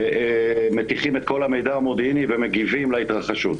מטיחים את כל המידע המודיעיני ומגיבים להתרחשות.